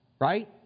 right